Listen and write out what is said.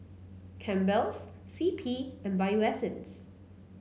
Campbell's C P and Bio Essence